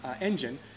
engine